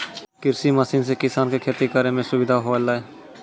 कृषि मसीन सें किसान क खेती करै में सुविधा होलय